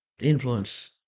Influence